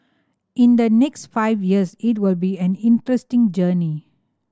in the next five years it will be an interesting journey